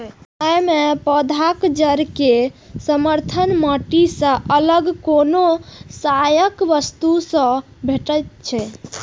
अय मे पौधाक जड़ कें समर्थन माटि सं अलग कोनो सहायक वस्तु सं भेटै छै